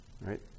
Right